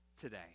today